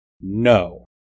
No